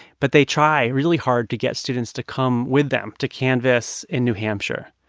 but they try really hard to get students to come with them to canvass in new hampshire.